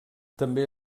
també